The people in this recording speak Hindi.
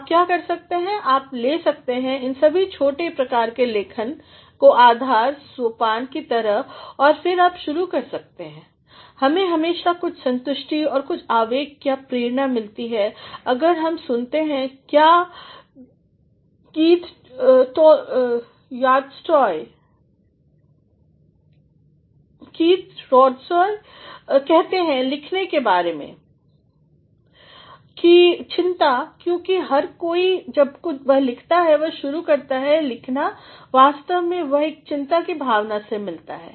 आप क्या कर सकते हैं आप ले सकते हैं इन सभी छोटे प्रकार के लेखन कोआधार सौपानकी तरह और फिर आप शुरू कर सकते हैं हमें हमेशा कुछ संतुष्टि और कुछ आवेग या प्रेरणा मिलती है अगर हम सुनते हैं क्या कीथ यॉर्ट्सहोयकहते हैं लिखने के बारे में चिंता क्योंकिहर कोई जब वह लिखता है वह शुरू करता है लिखना वास्तव में वह एक चिंता की भावना से मिलता है